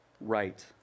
right